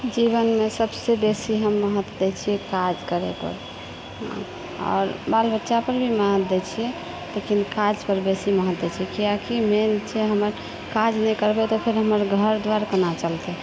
जीवनमे सबसे बेसी हम महत्त्व दै छियै काज करैपर आओर बाल बच्चापर भी महत्त्व दै छियै लेकिन काजपर बेसी महत्त्व दै छियै किए कि मेन छै हमर काज नै करबै तऽ फेर हमर घर दुआरि कोना चलतै